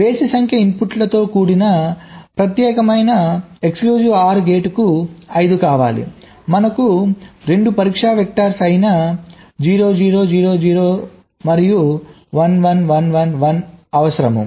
బేసి సంఖ్యలో ఇన్పుట్లతో కూడిన ప్రత్యేకమైన OR గేట్ కు ఐదు కావాలి మనకు 2 పరీక్ష వెక్టర్స్ అయినా 0 0 0 0 0 మరియు 1 1 1 1 1 అవసరము